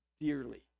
dearly